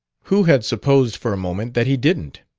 who had supposed for a moment that he didn't?